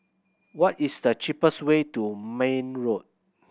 what is the cheapest way to Marne Road